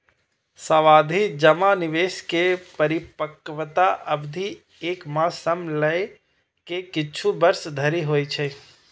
सावाधि जमा निवेश मे परिपक्वता अवधि एक मास सं लए के किछु वर्ष धरि होइ छै